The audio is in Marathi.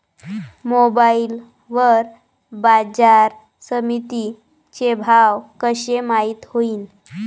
मोबाईल वर बाजारसमिती चे भाव कशे माईत होईन?